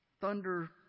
Thunder